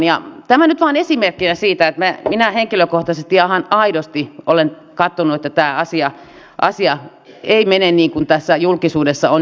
tämä nyt vain esimerkkinä siitä että minä henkilökohtaisesti ihan aidosti olen katsonut että tämä asia ei mene niin kuin julkisuudessa on nyt näitä esitetty